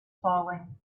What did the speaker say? falling